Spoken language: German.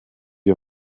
ihr